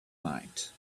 night